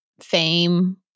fame